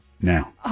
now